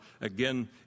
Again